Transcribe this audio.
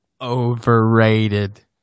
Overrated